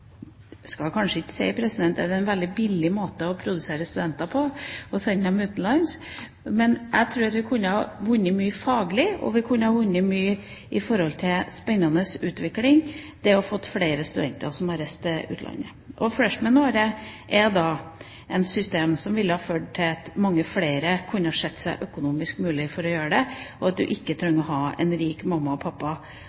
skal kanskje ikke si at det å sende dem utenlands, er en veldig billig måte å produsere studenter på, men jeg tror vi kunne ha vunnet mye faglig, og vi kunne ha vunnet mye i forhold til spennende utvikling ved at flere studenter hadde reist til utlandet. Og freshman-året er da et system som ville ha ført til at mange flere hadde sett det økonomisk mulig å gjøre det, og at man ikke